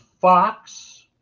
Fox